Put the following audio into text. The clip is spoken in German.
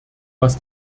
was